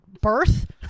birth